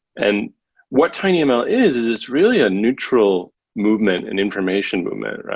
and what tinyml is, is it's really a neutral movement, an information movement,